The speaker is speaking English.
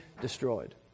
destroyed